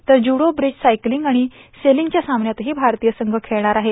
तर judo bridge cycling आणि सेलिंगच्या सामन्यातही भारतीय संघ खेळणार आहे